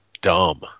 dumb